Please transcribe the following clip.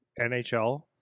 NHL